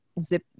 Zip